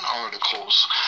articles